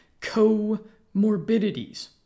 comorbidities